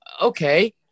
Okay